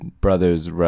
brothers